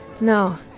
No